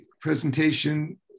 presentation